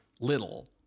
little